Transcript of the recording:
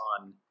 on